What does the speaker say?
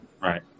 Right